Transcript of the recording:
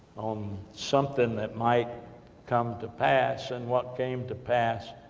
something that might come to pass. and what came to pass,